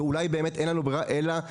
אולי אין לנו ברירה אלא להוציא,